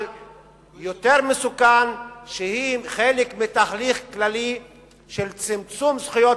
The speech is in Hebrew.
אבל יותר מסוכן שהיא חלק מתהליך כללי של צמצום זכויות